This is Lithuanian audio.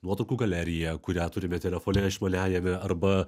nuotraukų galerija kurią turime telefone išmaniajame arba